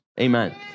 amen